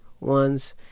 ones